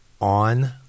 on